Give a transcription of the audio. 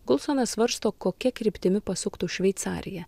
gulsonas svarsto kokia kryptimi pasuktų šveicarija